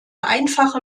einfache